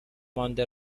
مانده